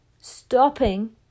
stopping